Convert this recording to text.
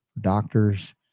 doctors